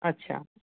अच्छा